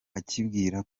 akibwira